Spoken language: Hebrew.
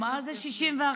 מה זה 61?